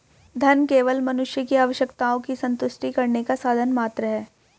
धन केवल मनुष्य की आवश्यकताओं की संतुष्टि करने का साधन मात्र है